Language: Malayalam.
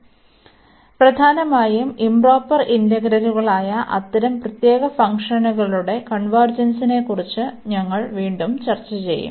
അതിനാൽ പ്രധാനമായും ഇoപ്രോപ്പർ ഇന്റഗ്രലുകളായ അത്തരം പ്രത്യേക ഫംഗ്ഷനുകളുടെ കൺവെർജെൻസിനെക്കുറിച്ച് ഞങ്ങൾ വീണ്ടും ചർച്ച ചെയ്യും